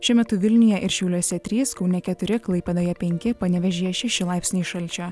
šiuo metu vilniuje ir šiauliuose trys kaune keturi klaipėdoje penki panevėžyje šeši laipsniai šalčio